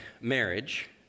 marriage